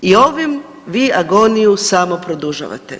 I ovom vi agoniju samo produžavate.